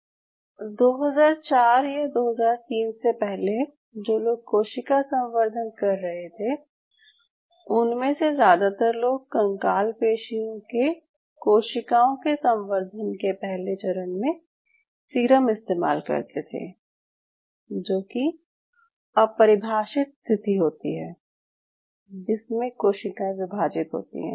2004 या 2003 से पहले जो लोग कोशिका संवर्धन कर रहे थे उनमे से ज़्यादातर लोग कंकाल पेशियों के कोशिकाओं के संवर्धन के पहले चरण में सीरम इस्तेमाल करते थे जो कि अपरिभाषित स्थिति होती है जिसमे कोशिकाएं विभाजित होती हैं